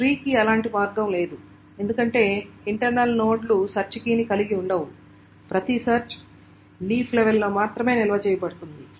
B tree కి అలాంటి మార్గం లేదు ఎందుకంటే ఇంటర్నల్ నోడ్లు సెర్చ్ కీని కలిగి ఉండవు ప్రతి సెర్చ్ కీ లీఫ్ లెవెల్లో మాత్రమే నిల్వ చేయబడుతుంది